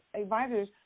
advisors